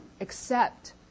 accept